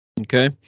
Okay